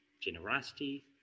generosity